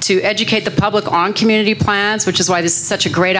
to educate the public on community plans which is why it is such a great